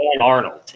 Arnold